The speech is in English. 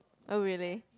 oh really